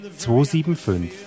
275